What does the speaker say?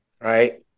right